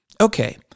Okay